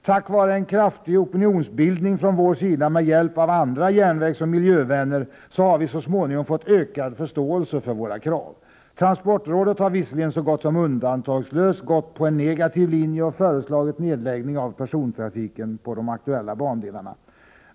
Tack vare en kraftig opinionsbildning från vår sida, med hjälp av andra järnvägsoch miljövänner, har vi så småningom fått ökad förståelse för våra krav. Transportrådet har visserligen så gott som undantagslöst gått på en negativ linje och föreslagit nedläggning av persontrafiken på de aktuella bandelarna.